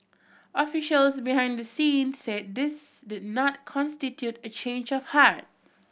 officials behind the scenes said this did not constitute a change of heart